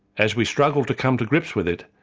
as we struggled to come to grips with it,